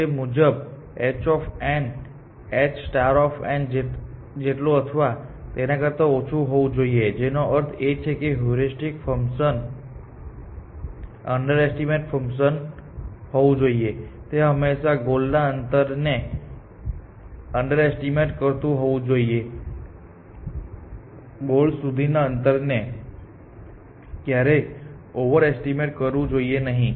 જે મુજબ h h જેટલું અથવા તેના કરતા ઓછું હોવું જોઈએ જેનો અર્થ એ છે કે હ્યુરિસ્ટિક ફંકશન અંડરએસ્ટીમેટ ફંકશન હોવું જોઈએ તે હંમેશાં ગોલ ના અંતર ને અંડરએસ્ટીમેટ કરતુ હોવું જોઈએ ગોલ સુધીના અંતરને ક્યારેય ઓવરએસ્ટીમેટ કરવું જોઈએ નહીં